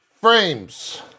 Frames